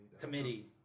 committee